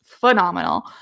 phenomenal